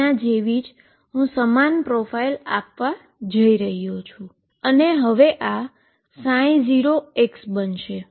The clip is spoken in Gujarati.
તેના જેવી જ હું સમાન પ્રોફાઇલ આવવા જઇ રહ્યો છું અને આ હવે 0 બનશે